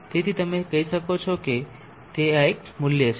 તેથી તમે કહી શકો છો તે આ મૂલ્ય એક છે